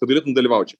kad galėtum dalyvaut čia